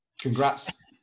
Congrats